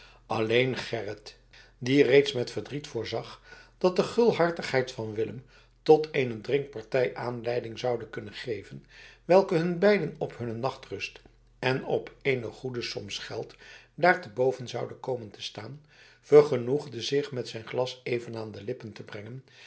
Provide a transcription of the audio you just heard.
alleen gerrit die reeds met verdriet voorzag dat de gulhartigheid van willem tot een drinkpartij aanleiding zoude kunnen geven welke hun beiden op hun nachtrust en op een goede som gelds daarenboven zou komen te staan vergenoegde zich zijn glas even aan de lippen te brengen